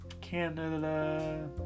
Canada